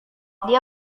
dia